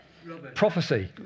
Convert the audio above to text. Prophecy